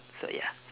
so ya